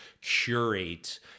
curate